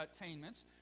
attainments